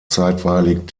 zeitweilig